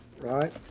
right